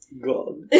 God